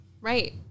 Right